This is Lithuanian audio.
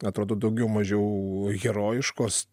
atrodo daugiau mažiau herojiškos